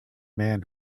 man